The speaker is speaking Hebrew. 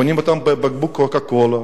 קונים אותן בבקבוק "קוקה-קולה",